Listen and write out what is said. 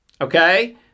Okay